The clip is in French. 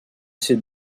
ces